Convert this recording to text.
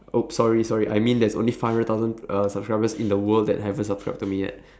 !oops! sorry sorry I mean there's only five hundred thousand uh subscribers in the world that haven't subscribe to me yet